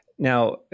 Now